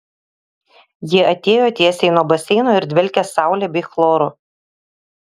ji atėjo tiesiai nuo baseino ir dvelkė saule bei chloru